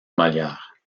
molière